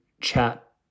chat